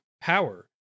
power